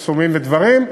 מחסומים ודברים,